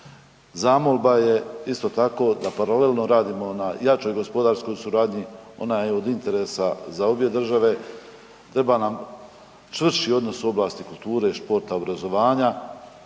Zamolba je isto tako da paralelno radimo na jačoj gospodarskoj suradnji, ona je od interesa za obje države, treba nam čvršći odnos u oblasti kulture i športa, obrazovanja,